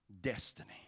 destiny